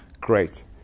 great